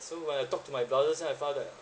so when I talk to my brothers then I found that